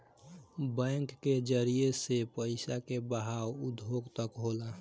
bank के जरिए से पइसा के बहाव उद्योग तक होला